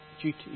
duty